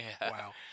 Wow